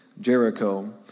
Jericho